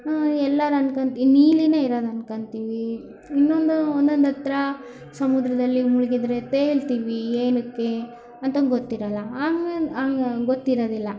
ನಾವೆಲ್ಲ ಅಂದ್ಕೊಂತಿ ನೀಲಿನೆ ಇರೋದು ಅಂದ್ಕೋತೀವಿ ಇನ್ನೊಂದು ಒಂದೊಂದತ್ರ ಸಮುದ್ರದಲ್ಲಿ ಮುಳುಗಿದರೆ ತೇಲ್ತೀವಿ ಏನಕ್ಕೆ ಅಂತ ಗೊತ್ತಿರಲ್ಲ ಆಮ ಗೊತ್ತಿರೋದಿಲ್ಲ